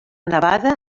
nevada